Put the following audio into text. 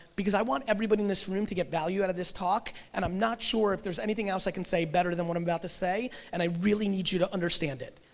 because i want everyone in this room to get value out of this talk, and i'm not sure if there's anything else i can say better than what i'm about to say, and i really need you to understand it.